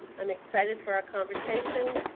i'm excited for our conversation.